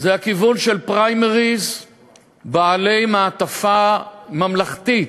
זה הכיוון של פריימריז בעלי מעטפה ממלכתית,